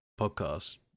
podcast